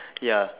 ya